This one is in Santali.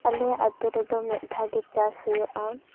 ᱟᱞᱮᱭᱟᱜ ᱟᱹᱛᱩ ᱨᱮᱫᱚ ᱢᱤᱫ ᱫᱷᱟᱣ ᱜᱮ ᱪᱟᱥ ᱦᱩᱭᱩᱜᱼᱟ